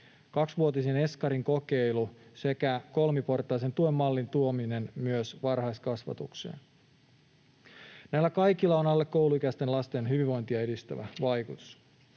kaksivuotisen eskarin kokeilu sekä kolmiportaisen tuen mallin tuominen myös varhaiskasvatukseen. Näillä kaikilla on alle kouluikäisten lasten hyvinvointia edistävä vaikutus.